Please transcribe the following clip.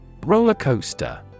Rollercoaster